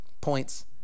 points